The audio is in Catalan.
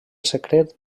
secret